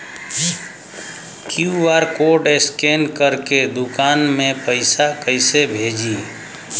QR code scan करके दुकान में पैसा कइसे भेजी?